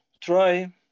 try